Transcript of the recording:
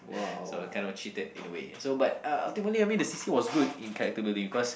so kinda cheated in a way so but uh ultimately I mean the c_c_a was good in character bulding because